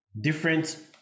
different